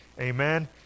amen